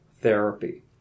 therapy